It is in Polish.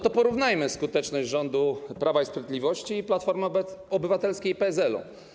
To porównajmy skuteczność rządu Prawa i Sprawiedliwości oraz Platformy Obywatelskiej i PSL-u.